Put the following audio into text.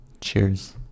cheers